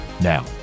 Now